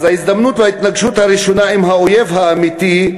אז: ההזדמנות וההתנגשות הראשונה עם האויב האמיתי,